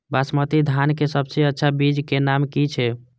बासमती धान के सबसे अच्छा बीज के नाम की छे?